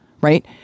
right